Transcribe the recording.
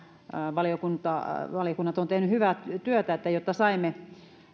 valiokunnat ovat tehneet hyvää työtä jotta saimme